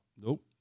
Nope